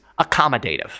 accommodative